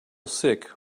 sick